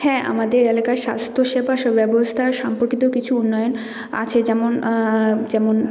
হ্যাঁ আমাদের এলাকায় স্বাস্থ্যসেবা সুব্যবস্থা সম্পর্কিত কিছু উন্নয়ন আছে যেমন যেমন